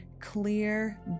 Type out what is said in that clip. clear